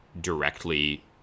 directly